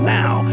now